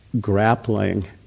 grappling